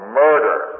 murder